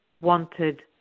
wanted